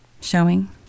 showing